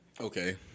Okay